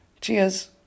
Cheers